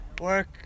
work